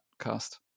cast